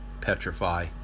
petrify